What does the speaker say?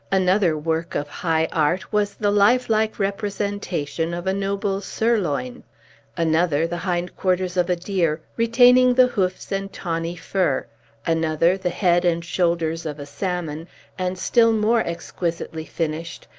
another work of high art was the lifelike representation of a noble sirloin another, the hindquarters of a deer, retaining the hoofs and tawny fur another, the head and shoulders of a salmon and, still more exquisitely finished,